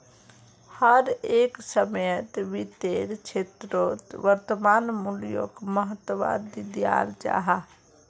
हर एक समयेत वित्तेर क्षेत्रोत वर्तमान मूल्योक महत्वा दियाल जाहा